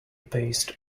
paste